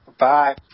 bye